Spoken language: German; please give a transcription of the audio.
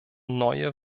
neue